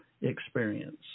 experience